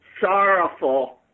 sorrowful